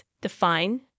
define